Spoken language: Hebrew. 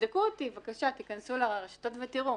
תבדקו אותי, בבקשה, תכנסו לרשתות ותראו.